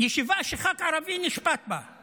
ישיבה שח"כ ערבי נשפט בה.